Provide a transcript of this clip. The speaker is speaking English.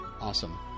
Awesome